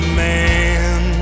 man